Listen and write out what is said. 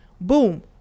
boom